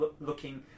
looking